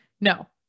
No